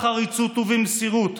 בחריצות ובמסירות,